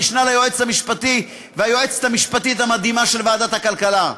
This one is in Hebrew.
המשנה ליועץ המשפטי והיועצת המשפטית המדהימה של ועדת הכלכלה,